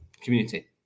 community